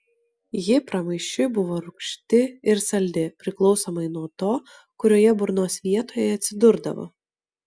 ji pramaišiui buvo rūgšti ir saldi priklausomai nuo to kurioje burnos vietoje atsidurdavo